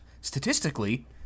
statistically